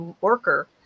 worker